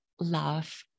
love